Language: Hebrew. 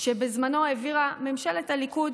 שבזמנו העבירה ממשלת הליכוד,